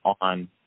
on